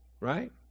right